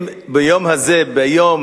אם ביום הזה, יום